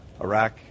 Iraq